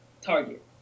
target